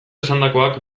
esandakoak